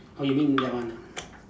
oh you mean that one ah